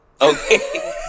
Okay